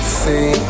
see